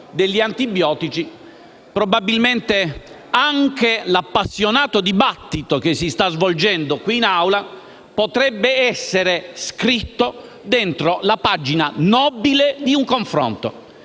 degli antibiotici, probabilmente anche l'appassionato dibattito che si sta svolgendo in Aula potrebbe essere scritto dentro la pagina nobile di un confronto.